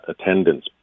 attendance